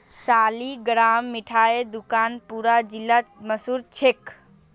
सालिगरामेर मिठाई दुकान पूरा जिलात मशहूर छेक